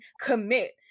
commit